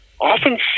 often